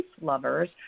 lovers